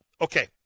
Okay